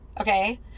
okay